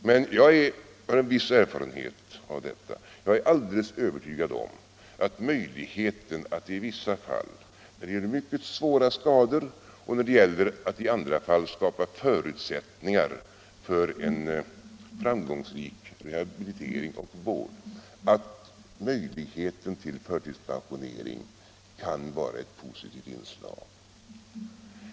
Men jag har en viss erfarenhet av dessa frågor, och jag är alldeles övertygad om att möjligheten till förtidspensionering i vissa fall, när det gäller mycket svåra skador och i andra fall när det gäller att skapa förutsättningar för en framgångsrik rehabilitering och vård, kan vara ett positivt inslag.